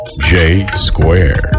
J-Square